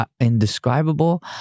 indescribable